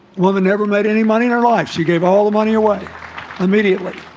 woman never made any money in their life. she gave all the money away immediately